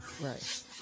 Right